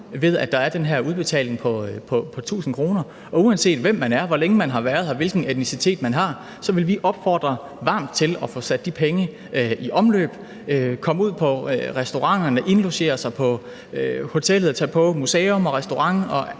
ved, at der er den her udbetaling på 1.000 kr. Og uanset hvem man er, hvor længe man har været her, hvilken etnicitet man har, så vil vi varmt opfordre til at få sat de penge i omløb, komme ud på restauranter, indlogere sig på hoteller, tage på museum og alle